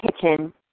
kitchen